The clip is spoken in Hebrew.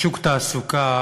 בשוק תעסוקה